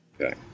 Okay